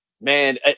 man